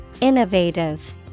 Innovative